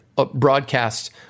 Broadcast